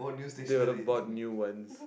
they would've bought new ones